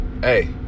hey